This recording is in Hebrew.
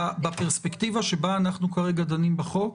-- בפרספקטיבה שבה אנחנו כרגע דנים בחוק,